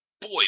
boy